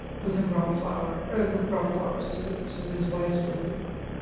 putin brought flowers ah but brought flowers to to his wife's birthday party.